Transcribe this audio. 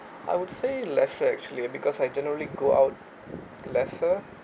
I would say less lah actually because I generally go out lesser